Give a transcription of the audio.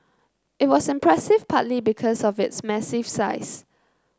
it was impressive partly because of its massive size